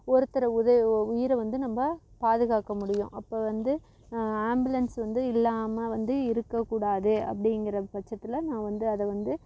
ஒருத்தரை உத உயிரை வந்து நம்ம பாதுகாக்க முடியும் அப்போ வந்து ஆம்புலன்ஸ் வந்து இல்லாமல் வந்து இருக்கக்கூடாது அப்படிங்குற பட்சத்தில் நான் வந்து அதை வந்து